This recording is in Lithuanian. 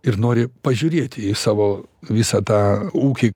ir nori pažiūrėti į savo visą tą ūkį